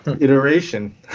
Iteration